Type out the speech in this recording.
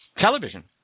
television